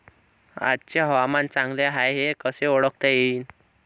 आजचे हवामान चांगले हाये हे कसे ओळखता येईन?